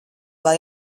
lai